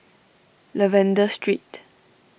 Lavender Street